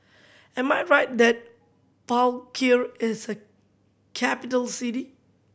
am I right that Palikir is a capital city